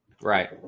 right